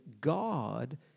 God